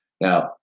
Now